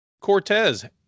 Cortez